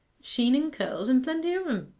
sheenen curls, and plenty o' em